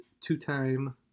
two-time